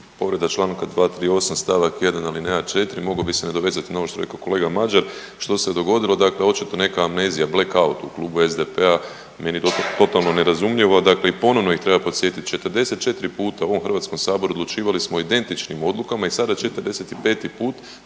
Povreda Članka 238. stavak 1. alineja 4., mogao bi se nadovezati na ovo što je rekao kolega Mažar. Dakle, što se dogodilo? Dakle očito neka amnezija, blackout u Klubu SDP-a meni totalno nerazumljivo. Dakle i ponovno ih treba podsjetiti 44 puta u ovom Hrvatskom saboru odlučivali smo o identičnim odluka i sada 45 put,